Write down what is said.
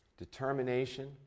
determination